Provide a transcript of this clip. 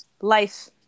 life